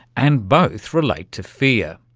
and both relate to fear.